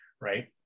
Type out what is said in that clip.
Right